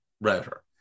router